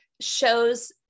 shows